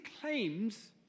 claims